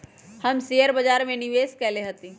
हम शेयर बाजार में निवेश कएले हती